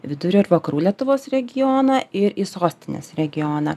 vidurio ir vakarų lietuvos regioną ir į sostinės regioną